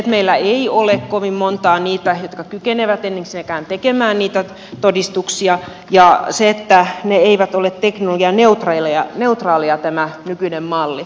meillä ei ole kovin montaa niitä jotka kykenevät ensinnäkään tekemään niitä todistuksia ja se että ne eivät ole teknologianeutraalia neutraalia tämä nykyinen malli ei ole teknologianeutraali